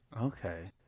Okay